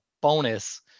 bonus